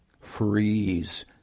freeze